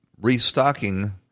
restocking